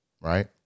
Right